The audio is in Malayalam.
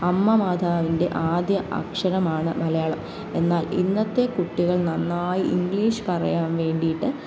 അമ്മമാതാവിൻ്റെ ആദ്യ അക്ഷരമാണ് മലയാളം എന്നാൽ ഇന്നത്തെ കുട്ടികൾ നന്നായി ഇംഗ്ലീഷ് പറയാൻ വേണ്ടിയിട്ട്